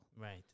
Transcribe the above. Right